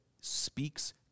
speaks